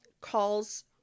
calls